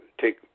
take